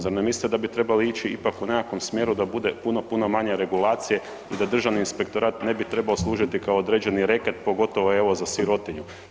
Zar ne mislite da bi trebali ići ipak u nekakvom smjeru da bude puno puno manje regulacije i da Državni inspektorat ne bi trebao služiti kao određeni reket, pogotovo, evo za sirotinju.